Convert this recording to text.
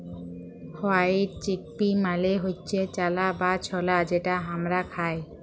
white chickpea মালে হচ্যে চালা বা ছলা যেটা হামরা খাই